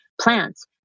plants